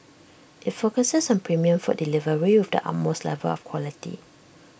IT focuses on premium food delivery with the utmost level of quality